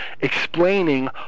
explaining